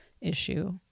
issue